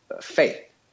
faith